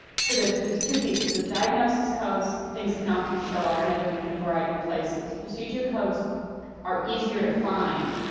so there's there's two pieces. with diagnosis codes, things can often show up and in a variety of places. procedure codes are easier to find.